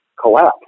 collapse